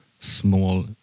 small